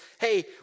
hey